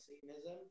Satanism